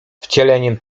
wcieleniem